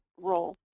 role